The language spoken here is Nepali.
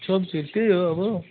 सब्जीहरू त्यही हो अब